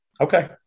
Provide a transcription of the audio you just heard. Okay